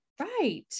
right